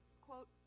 Quote